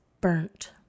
burnt